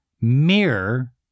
mirror